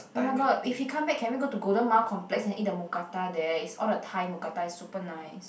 oh-my-god if he come back can we go to Golden Mile Complex and eat the mookata there it's all the Thai mookata it's super nice